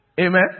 Amen